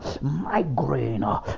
migraine